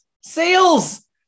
Sales